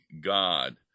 God